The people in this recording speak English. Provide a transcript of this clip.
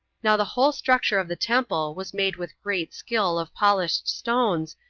now the whole structure of the temple was made with great skill of polished stones,